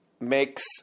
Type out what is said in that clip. makes